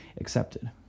accepted